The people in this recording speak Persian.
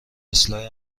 اصلاح